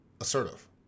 assertive